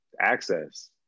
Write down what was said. access